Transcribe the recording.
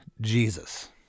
Jesus